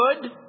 good